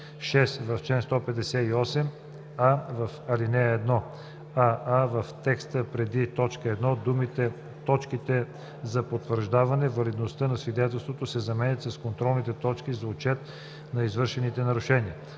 а) в ал. 1: аа) в текста преди т. 1 думите „точките за потвърждаване валидността на свидетелството“ се заменят с „контролните точки за отчет на извършваните нарушения“;